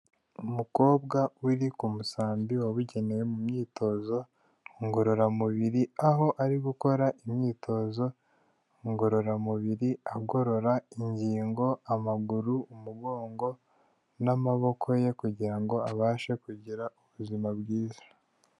Umukobwa uri ku musambi wabugenewe mu myitozo ngororamubiri, aho ari gukora imyitozo ngororamubiri agorora ingingo, amaguru, umugongo n'amaboko ye kugira ngo abashe kugira ubuzima bwiza.